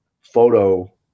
photo